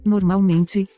Normalmente